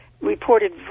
reported